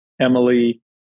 Emily